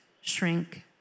shrink